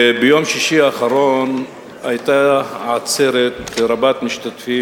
ביום שישי האחרון היתה עצרת רבת משתתפים